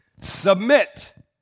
Submit